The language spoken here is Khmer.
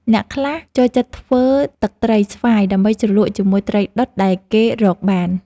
អ្នកខ្លះចូលចិត្តធ្វើទឹកត្រីស្វាយ ដើម្បីជ្រលក់ជាមួយត្រីដុតដែលគេរកបាន។